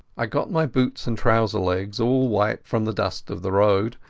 i got my boots and trouser-legs all white from the dust of the road,